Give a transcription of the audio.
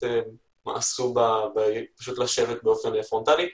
לדעתי בני נוער מאסו בישיבה באופן פרונטלי.